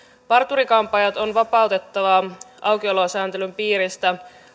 parturi kampaajat on vapautettava aukiolosääntelyn piiristä